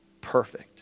perfect